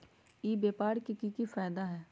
ई व्यापार के की की फायदा है?